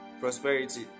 prosperity